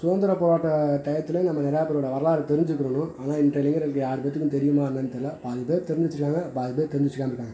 சுதந்திர போராட்ட டையத்துலேயும் நம்ம நிறையா பேரோடய வரலாறு தெரிஞ்சுக்கிறணும் ஆனால் இன்றைய இளைஞர்களுக்கு யார் பேர்த்துக்கு தெரியுமா என்னென்னு தெரியல பாதி பேர் தெரிஞ்சு வச்சு இருக்காங்க பாதி பேர் தெரிஞ்சு வச்சுக்காம இருக்காங்க